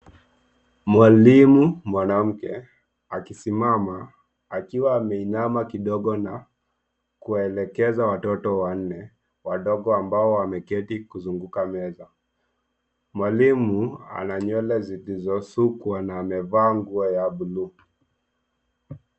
Mwalimu, mwanamke, akisimama, akiwa ameinama kidogo na kuwaelekeza watoto wanne, wadogo ambao wameketi kuzunguka meza. Mwalimu ana nywele zilizosukwa na amevaa nguo ya blue .